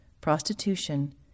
prostitution